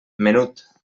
menut